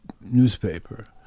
newspaper